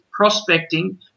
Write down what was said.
prospecting